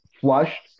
flushed